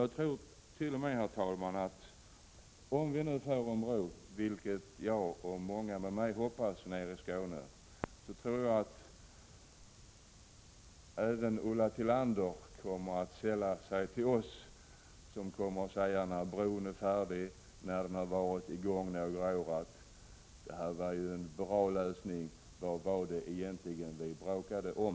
Jag tror t.o.m., fru talman, att om vi får en bro, vilket jag och många med mig nere i Skåne hoppas, så kommer även Ulla Tillander att sälla sig till oss och säga, när bron är färdig och den har varit i gång några år: Det här var en bra lösning. Vad var det egentligen vi bråkade om?